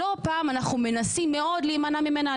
שלא פעם אנחנו מנסים מאוד להימנע ממנה.